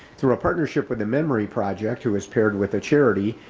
through a partnership with the memory project, who is paired with a charity,